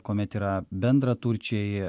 kuomet yra bendraturčiai